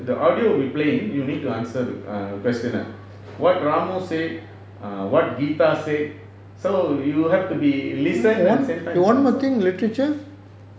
the audio will be playing you need to answer the question lah what ramo say err what gita said so you have to be listen at the same time to answer